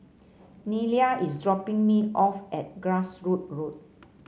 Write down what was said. Nelia is dropping me off at Grassroots Road